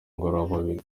ngororamubiri